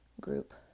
group